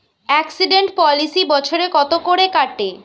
Accident policy বছরে কত করে কাটে?